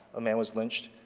a man was lynched,